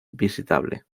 visitable